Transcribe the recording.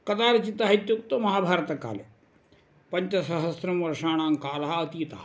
कदा रचितः इत्युक्तौ महाभारतकाले पञ्चसहस्रं वर्षाणां कालः अतीतः